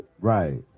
Right